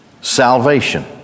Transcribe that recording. salvation